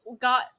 got